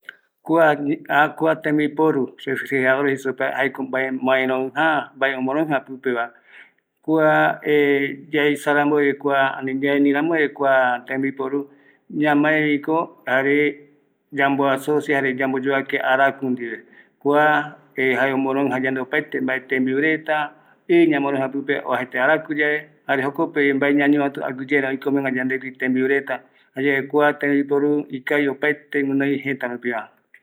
Kua tembiporu Maemoroɨja refrigerador jei supeva, jaeko mbaeroïja, mbae omoröïja pïpeva, kua yaesa ramboeve kua, ani yaendu ramboeve kua tembiporu, ñamaeviko jare, yambo asocia, jare yamboyovake araku ndive, kua jare jae omoröïja opáete mbae tembiureta, ii ñamo roïja pïpe va oajaete arakuyave, jare jokope ñañovatu aguiyeara mbae oikomegua yandegui tembiureta jayae kua tembiporu ikavi opaete guinoi jëtärupiva.